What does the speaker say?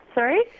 Sorry